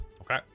Okay